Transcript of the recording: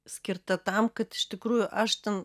skirta tam kad iš tikrųjų aš ten